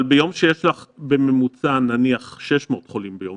אבל נניח שיש לך בממוצע 600 חולים ביום,